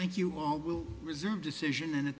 thank you all will reserve decision and it's